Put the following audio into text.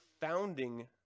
founding